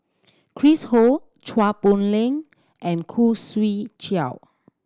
Chris Ho Chua Poh Leng and Khoo Swee Chiow